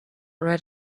read